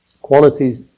Qualities